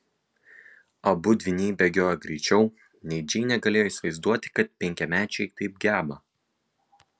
abu dvyniai bėgiojo greičiau nei džeinė galėjo įsivaizduoti kad penkiamečiai taip geba